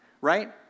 right